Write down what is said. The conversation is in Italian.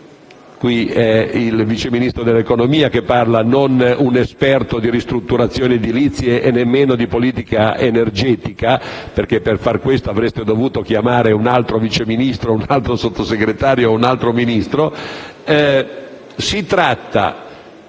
(qui è il vice Ministro dell'economia che parla e non un esperto di ristrutturazioni edilizie e nemmeno di politica energetica, e per fare questo avreste dovuto chiamare un altro vice Ministro, un altro Sottosegretario o un altro Ministro) di detrazioni